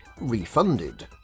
refunded